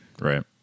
Right